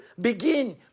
begin